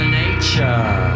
nature